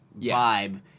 vibe